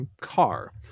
car